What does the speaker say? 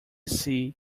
see